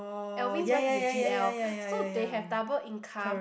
Alvin wife is a G_L so they have double income